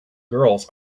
girls